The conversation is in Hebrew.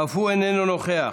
אף הוא איננו נוכח,